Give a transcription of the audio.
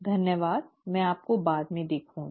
धन्यवाद और मैं आपको बाद में देखूंगी